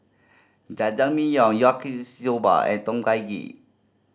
Jajangmyeon Yaki Soba and Tom Kha Gai